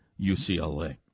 UCLA